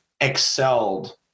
excelled